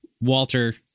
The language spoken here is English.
Walter